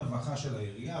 רווחה של העירייה,